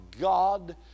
God